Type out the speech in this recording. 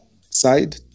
side